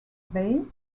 bay